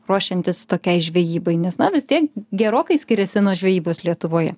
ruošiantis tokiai žvejybai nes na vis tiek gerokai skiriasi nuo žvejybos lietuvoje